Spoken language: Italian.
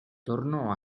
tornò